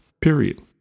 period